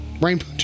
rainbow